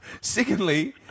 Secondly